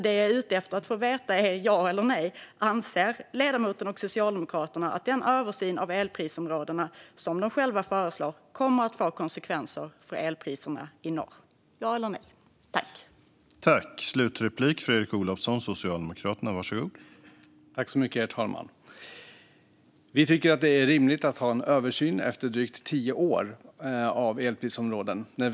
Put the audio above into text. Det jag är ute efter att få veta är om ledamoten och Socialdemokraterna anser att den översyn av elprisområdena som de själva föreslår kommer att få konsekvenser för elpriserna i norr - ja eller nej?